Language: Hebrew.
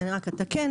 אני רוצה לתקן,